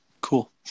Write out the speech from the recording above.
cool